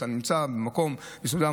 אתה נמצא במקום מסוים,